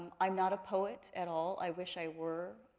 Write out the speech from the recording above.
um i'm not a poet at all. i wish i were,